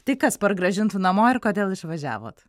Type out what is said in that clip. tai kas pargrąžintų namo ir kodėl išvažiavot